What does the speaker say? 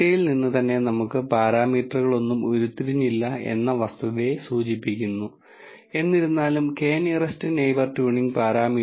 data science ടെക്നിക്കുകളുടെ രൂപീകരണത്തിന്റെ കാര്യത്തിലും മെഷീൻ ലേണിംഗ് ടെക്നിക്കുകളുടെ സ്വഭാവ സവിശേഷതകളിലും സ്റ്റാറ്റിസ്റ്റിക്കുകൾ സങ്കീർണ്ണമായി ഉൾച്ചേർത്തിരിക്കുന്നു